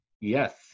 Yes